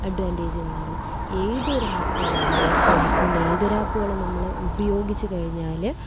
അഡ്വാൻറ്റേജുകളാണ് ഏതൊരാ ഒരാളെ സ്മാർട്ട് ഫോണിൻ്റെ ഏതൊരു ആപ്പുകള് നമ്മള് ഉപയോഗിച്ചുകഴിഞ്ഞാല്